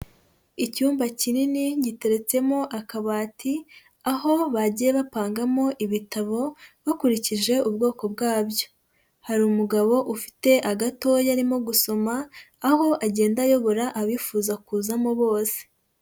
Icyumba kinini, giteretsemo akabati, aho bagiye bapangamo ibitabo bakurikije ubwoko bwabyo. Hari umugabo ufite agatoya arimo gusoma, aho agenda ayobora abifuza kuzamo bose.